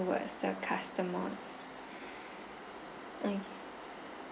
towards the customers okay